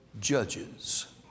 judges